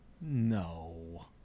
no